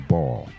Ball